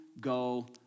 go